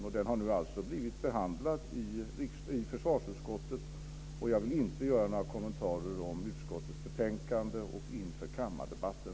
Propositionen har nu blivit behandlad i försvarsutskottet, och jag vill inte göra några vidare kommentarer om utskottets betänkande inför kammardebatten.